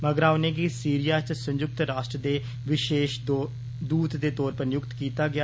मगरा उनेंगी सिरिया च संयुक्त राष्ट्र दे विशेशदूत दे तौरा पर नियुक्त कीता गेआ